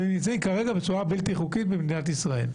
ונמצאים בצורה בלתי חוקית במדינת ישראל?